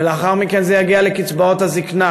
ולאחר מכן זה יגיע לקצבאות הזיקנה,